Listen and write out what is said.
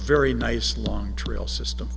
very nice long trail system